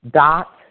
dot